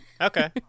Okay